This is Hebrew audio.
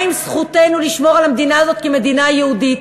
מה עם זכותנו לשמור על המדינה הזאת כמדינה יהודית?